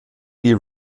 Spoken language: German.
dee